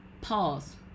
pause